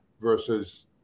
versus